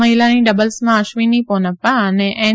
મહિલાની ડબલ્સમાં અશ્વીની પોનપ્પા અને એન